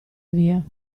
via